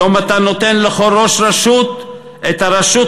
היום אתה נותן לכל ראש רשות את הרשות